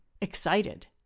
excited